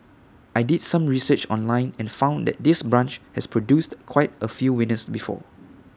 I did some research online and found that this branch has produced quite A few winners before